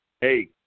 Hey